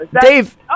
Dave